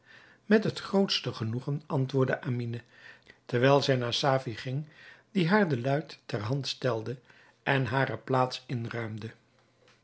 met het grootste genoegen antwoordde amine terwijl zij naar safie ging die haar de luit ter hand stelde en hare plaats inruimde